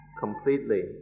Completely